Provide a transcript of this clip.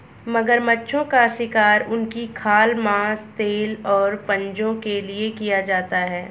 मगरमच्छों का शिकार उनकी खाल, मांस, तेल और पंजों के लिए किया जाता है